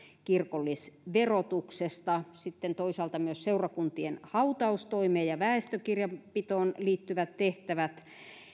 kirkollisverotuksesta sitten toisaalta myös seurakuntien hautaustoimeen ja väestökirjanpitoon liittyvät tehtävät